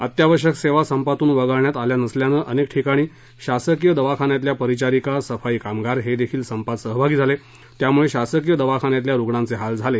अत्यावश्यक सेवा संपातून वगळण्यात आल्या नसल्यानं अनेक ठिकाणी शासकीय दवाखान्यातल्या परिचारिका सफाई कामगार हे देखील संपात सहभागी झाले त्यामुळे शासकीय दवाखान्यातील रुग्णांचे हाल झाले